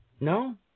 No